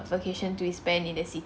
vacation to be spent in the ci~